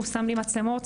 הוא שם לי מצלמות.